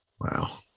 Wow